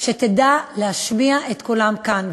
שתדע להשמיע את קולם כאן.